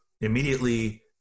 Immediately